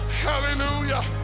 hallelujah